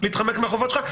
להתחמק מהחובות שלך?